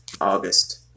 August